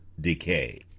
decay